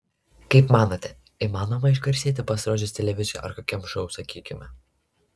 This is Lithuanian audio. kaip manote įmanoma išgarsėti pasirodžius televizijoje ar kokiam šou sakykime